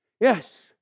Yes